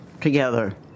together